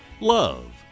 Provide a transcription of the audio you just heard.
Love